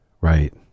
right